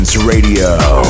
Radio